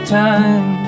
time